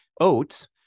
oats